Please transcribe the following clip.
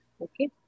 Okay